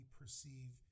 perceive